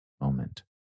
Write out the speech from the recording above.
moment